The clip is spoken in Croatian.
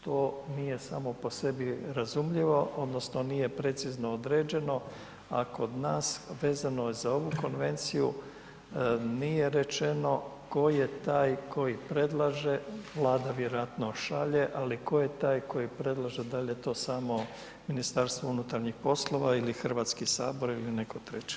To nije samo po sebi razumljivo, odnosno nije precizno određeno a kod nas vezano za ovu Konvenciju nije rečeno koji je taj koji predlaže, Vlada vjerojatno šalje, ali tko je taj koji predlaže da li je to samo Ministarstvo unutarnjih poslova ili Hrvatski sabor ili netko treći.